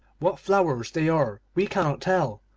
what flowers they are we cannot tell,